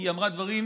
כי היא אמרה דברים,